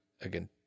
again